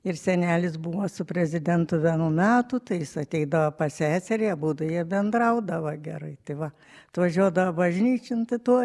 ir senelis buvo su prezidentu vienų metų tai jis ateidavo pas seserį abudu jie bendraudavo gerai tai va atvažiuodavo bažnyčion tai tuoj